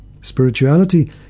Spirituality